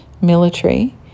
military